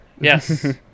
Yes